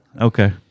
Okay